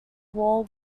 war